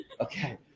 Okay